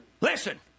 Listen